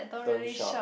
don't shop